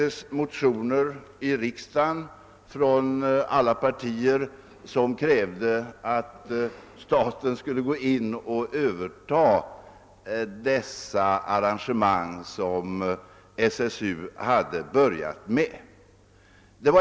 Alla partier här i riksdagen väckte motioner, i vilka krävdes att staten skulle överta de arrangemang som SSU hade startat.